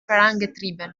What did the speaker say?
vorangetrieben